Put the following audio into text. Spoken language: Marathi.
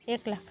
एक लाख